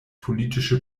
politische